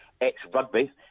ex-rugby